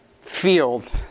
field